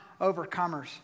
overcomers